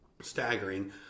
staggering